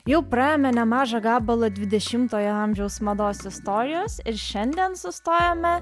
jau praėjome nemažą gabalą dvidešimtojo amžiaus mados istorijos ir šiandien sustojame